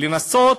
לנסות